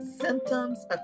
symptoms